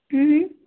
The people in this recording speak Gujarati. હં હં